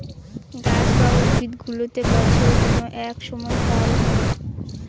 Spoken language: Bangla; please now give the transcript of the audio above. গাছ বা উদ্ভিদগুলোতে বছরের কোনো এক সময় ফল ধরে